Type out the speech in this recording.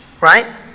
right